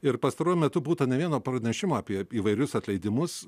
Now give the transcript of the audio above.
ir pastaruoju metu būta ne vieno pranešimo apie įvairius atleidimus